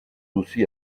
aussi